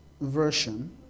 version